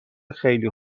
خیلی